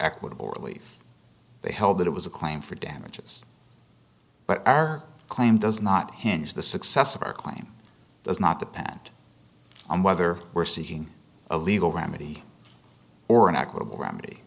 equitable relief they held that it was a claim for damages but our claim does not hinge the success of our claim does not depend on whether we're seeking a legal remedy or an equitable remedy